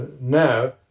now